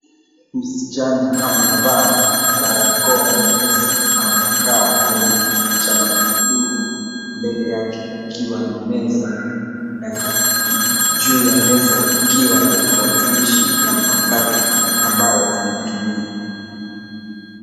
Msichana amevaa barakoa nyeusi amekaa kwenye kiti cha magurudumu mbele yake kukiwa na meza na juu ya meza kukiwa na tarakilishi ya mpakato ambayo anaitumia.